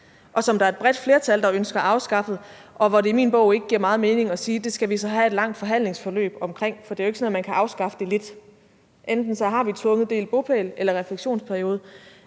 og som der er et bredt flertal der ønsker afskaffet, og hvor det i min bog ikke giver meget mening at sige, at det skal vi så have et langt forhandlingsforløb om, for det er jo ikke sådan, at man kan afskaffe det lidt; enten har vi som princip tvunget delt bopæl eller refleksionsperiode,